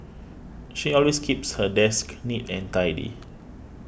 she always keeps her desk neat and tidy